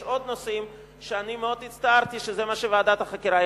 יש עוד נושאים שאני מאוד הצטערתי שזה מה שוועדת החקירה החליטה.